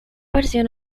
versión